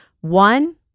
One